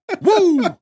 Woo